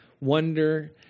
wonder